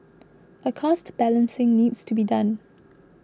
a cost balancing needs to be done